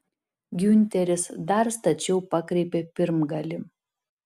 giunteris dar stačiau pakreipė pirmgalį